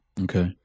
Okay